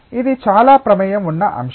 ఇది చాలా ప్రమేయం ఉన్న అంశం